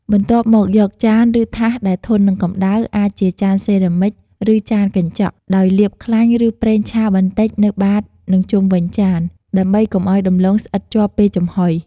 បន្ទាប់មក យកចាន ឬថាសដែលធន់នឹងកម្ដៅ អាចជាចានសេរ៉ាមិច ឬចានកញ្ចក់ ដោយលាបខ្លាញ់ ឬប្រេងឆាបន្តិចនៅបាត និងជុំវិញចាន ដើម្បីកុំឱ្យដំឡូងស្អិតជាប់ ពេលចំហុយ។